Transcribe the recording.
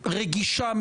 רוויזיה.